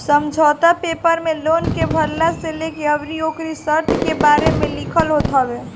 समझौता पेपर में लोन के भरला से लेके अउरी ओकरी शर्त के बारे में लिखल होत हवे